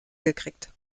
gekriegt